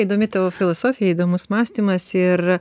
įdomi tavo filosofija įdomus mąstymas ir